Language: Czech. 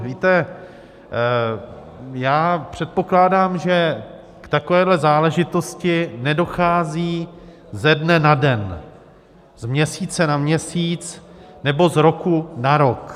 Víte, já předpokládám, že k takovéhle záležitosti nedochází ze dne na den, z měsíce na měsíc nebo z roku na rok.